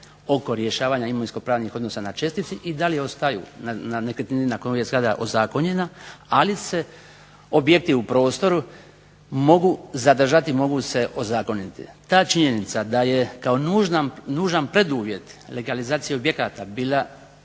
oko rješavanja imovinsko-pravnih odnosa na čestici i da li ostaju na nekretnini na kojoj je zgrada ozakonjena, ali se objekti u prostoru mogu zadržati, mogu se ozakoniti. Ta činjenica da je kao nužan preduvjet legalizacije objekata bilo